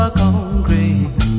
concrete